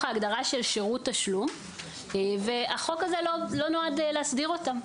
ההגדרה של שירות תשלום והחוק הזה לא נועד להסדיר אותם,